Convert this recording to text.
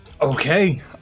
Okay